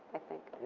i think.